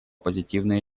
позитивные